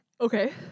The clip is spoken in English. Okay